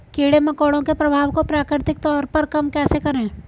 कीड़े मकोड़ों के प्रभाव को प्राकृतिक तौर पर कम कैसे करें?